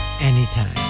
anytime